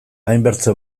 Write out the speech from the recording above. hainbertze